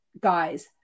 guys